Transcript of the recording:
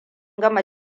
gama